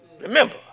remember